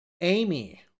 Amy